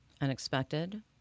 Unexpected